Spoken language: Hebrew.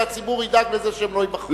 שהציבור ידאג לזה שהם לא ייבחרו,